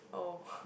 oh